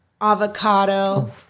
avocado